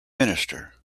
minister